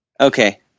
Okay